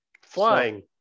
Flying